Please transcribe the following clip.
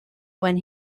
when